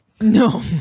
No